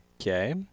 Okay